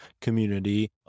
community